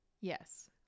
Yes